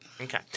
Okay